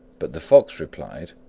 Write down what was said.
but the fox replied,